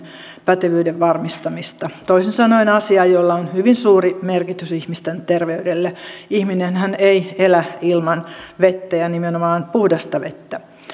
pätevyyden varmistamista toisin sanoen asiaa jolla on hyvin suuri merkitys ihmisten terveydelle ihminenhän ei elä ilman vettä ja nimenomaan puhdasta vettä